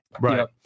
Right